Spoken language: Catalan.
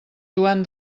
joan